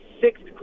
sixth